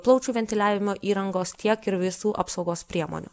plaučių ventiliavimo įrangos tiek ir visų apsaugos priemonių